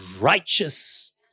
righteous